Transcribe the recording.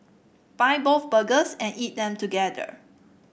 buy both burgers and eat them together